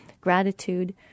gratitude